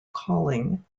calling